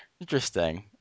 Interesting